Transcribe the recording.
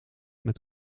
met